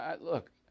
look